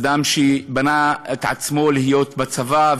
אדם שבנה את עצמו להיות בצבא,